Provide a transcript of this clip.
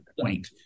point